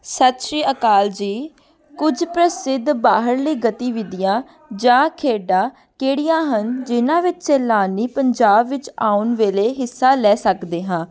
ਸਤਿ ਸ਼੍ਰੀ ਅਕਾਲ ਜੀ ਕੁਝ ਪ੍ਰਸਿੱਧ ਬਾਹਰਲੀ ਗਤੀਵਿਧੀਆਂ ਜਾਂ ਖੇਡਾਂ ਕਿਹੜੀਆਂ ਹਨ ਜਿਨ੍ਹਾਂ ਵਿੱਚ ਸੈਲਾਨੀ ਪੰਜਾਬ ਵਿੱਚ ਆਉਣ ਵੇਲੇ ਹਿੱਸਾ ਲੈ ਸਕਦੇ ਹਾਂ